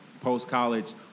post-college